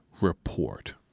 report